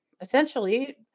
essentially